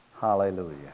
Hallelujah